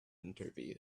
interview